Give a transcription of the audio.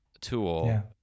tool